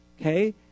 okay